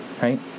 right